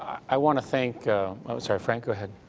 i want to thank i'm sorry, frank, go ahead.